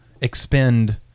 expend